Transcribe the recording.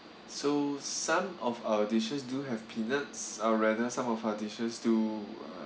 so some of our dishes do have peanuts or rather some of our dishes do uh